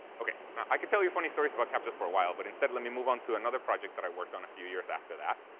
okay. i can tell you funny stories about captchas for a while, but instead let me move on to another project that i worked on a few years after that.